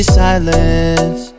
silence